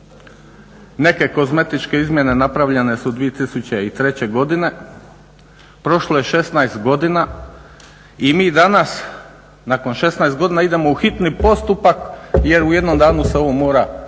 Neke kozmetičke izmjene napravljene su 2003. godine. Prošlo je 16 godina i mi danas nakon 16 godina idemo u hitni postupak jer u jednom danu se ovo mora raspraviti.